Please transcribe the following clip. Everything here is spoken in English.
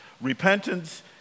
Repentance